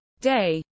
day